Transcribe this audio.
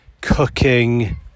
cooking